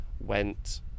went